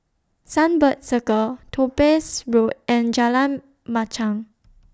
Sunbird Circle Topaz Road and Jalan Machang